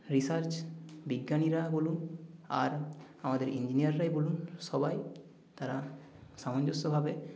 research বিজ্ঞানীরা বলুন আর আমাদের ইঞ্জিনিয়াররাই বলুন সবাই তারা সামঞ্জস্যভাবে